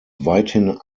weithin